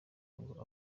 ngo